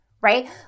right